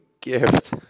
gift